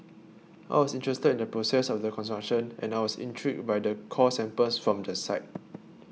I was interested in the process of the construction and I was intrigued by the core samples from the site